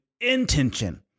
intention